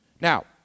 Now